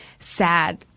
sad